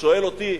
שואל אותי,